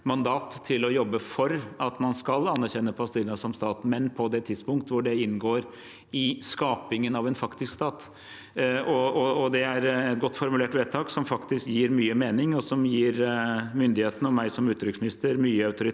til å jobbe for at man skal anerkjenne Palestina som stat – men på det tidspunkt hvor det inngår i skapingen av en faktisk stat. Det er et godt formulert vedtak som faktisk gir mye mening, og som gir myndighetene og meg som utenriksminister mye autoritet